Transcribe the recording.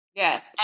yes